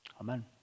Amen